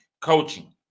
coaching